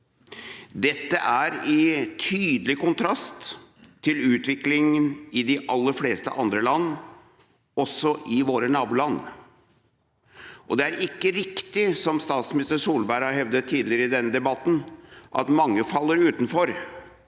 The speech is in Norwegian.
Dette er i tydelig kontrast til utviklingen i de aller fleste andre land, også i våre naboland. Det er ikke riktig som statsminister Solberg har hevdet tidligere i denne debatten, at mange faller utenfor.